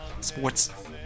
Sports